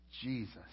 Jesus